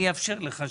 אני אאפשר לך.